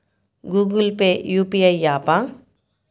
Google pay UPI య్యాపా?